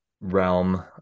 realm